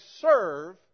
serve